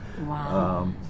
Wow